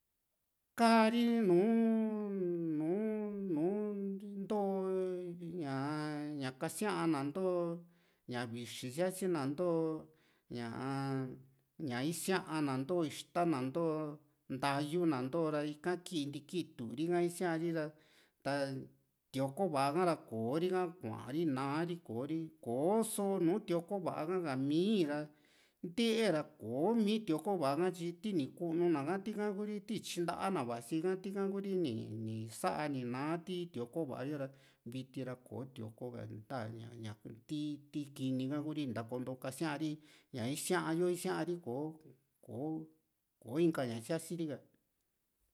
kaa´ri nùù nu nu ntoo ñaa ña kasía na ntoo ña vixi sia´si na ntoo ñaa ña isia´na ntoo ixta na nto ntayu na ntoo ra ika kii nti kiitu ri´ka isia´ri ra ta tioko va´a ha´ra kò´o ri ka kua´ri ka ni na´a ri kò´o ri kò´o so nu tioko va´a ha´ka mii´ra ntee ra kò´o kò´o mi tioko va´a ha tyi tini kunu na ha tika ku´ri ti tyinta´na vasi ha tika Kuri ni ni sa ni naa ti tioko va´a yo ra viti ra kò´o tioko ha nta´aña ti ti kini ha Kuri ntakonto kasia´ri ñaa isía´yo isia´ri kò´o kò´o inka ña siasi ri ka